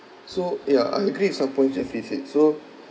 so ya I agree with some points that you've said so